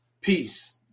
peace